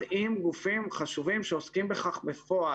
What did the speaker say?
עם גופים חשובים שעוסקים בכך בפועל,